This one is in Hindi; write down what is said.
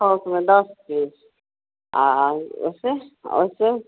थोक में दस पीस और वैसे और वैसे